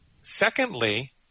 Secondly